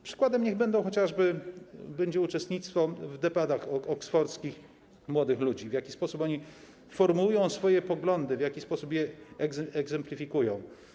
Przykładem niech będzie chociażby uczestnictwo w debatach oksfordzkich młodych ludzi, to, w jaki sposób formułują oni swoje poglądy, w jaki sposób je egzemplifikują.